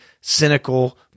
cynical